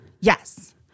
Yes